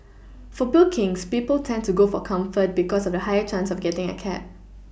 for bookings people tend to go for comfort because of the higher chance of getting a cab